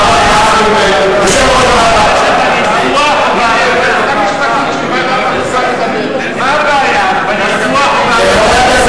היועצת המשפטית של ועדת החוקה מדברת.